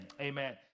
amen